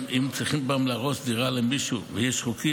אם צריכים מדי פעם להרוס דירה למישהו ויש חוקים,